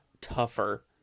tougher